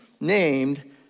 named